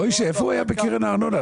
מויש'ה, איפה הוא היה בקרן הארנונה?